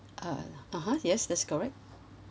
uh (uh huh) yes that's correct